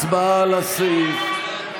הצבעה על הסעיף.